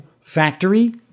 factory